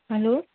hello